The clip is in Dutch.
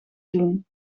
doen